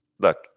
Look